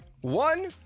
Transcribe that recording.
One